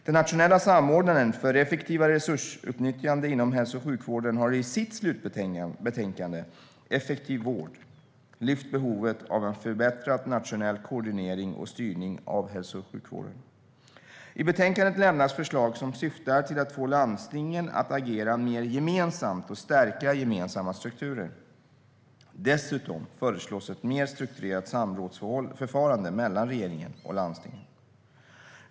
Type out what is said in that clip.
Den nationella samordnaren för effektivare resursutnyttjande inom hälso och sjukvården har i sitt slutbetänkande Effektiv vård lyft behovet av en förbättrad nationell koordinering och styrning av hälso och sjukvården. I betänkandet lämnas förslag som syftar till att få landstingen att agera mer gemensamt och stärka gemensamma strukturer. Dessutom föreslås ett mer strukturerat samrådsförfarande mellan regeringen och landstingen.